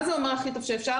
מה זה אומר הכי טוב שאפשר?